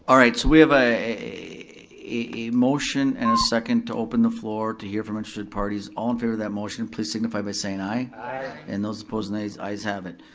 alright, so we have a a motion and a second to open the floor to hear from interested parties. all in favor of that motion please signify by saying aye. aye. and those opposed nays, ayes have it.